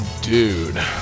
dude